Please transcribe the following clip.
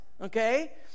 okay